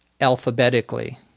alphabetically